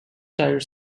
tyre